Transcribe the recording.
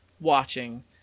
watching